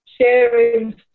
sharing